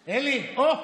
אלי, אוה,